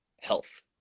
health